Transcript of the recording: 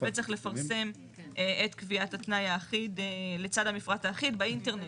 וצריך לפרסם את קביעת התנאי האחיד לצד המפרט האחיד באינטרנט.